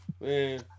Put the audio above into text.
man